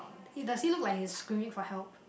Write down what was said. eh does it look like he's screaming for help